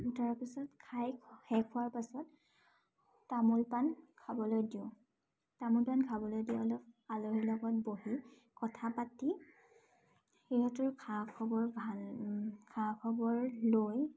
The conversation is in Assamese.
তাৰপিছত খাই শেষ হোৱাৰ পাছত তামোল পাণ খাবলৈ দিওঁ তামোল পাণ খাবলৈ দি অলপ আলহীৰ লগত বহি কথা পাতি সিহঁতৰ খা খাবৰ ভাল খা খাবৰ লৈ